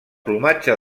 plomatge